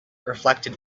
reflected